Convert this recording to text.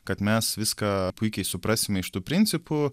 kad mes viską puikiai suprasime iš tų principų